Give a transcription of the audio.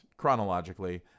chronologically